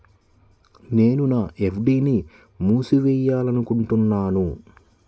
నేను నా ఎఫ్.డీ ని మూసివేయాలనుకుంటున్నాను